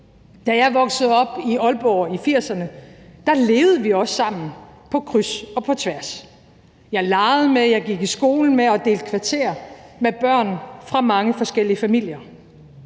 Da jeg voksede op i Aalborg i 1980'erne, levede vi også sammen på kryds og tværs. Jeg legede med, gik i skole med og delte kvarter med børn fra mange forskellige familier.